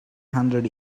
hundred